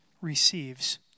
receives